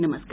नमस्कार